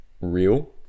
real